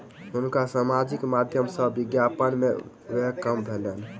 हुनका सामाजिक माध्यम सॅ विज्ञापन में व्यय काम भेलैन